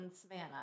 Savannah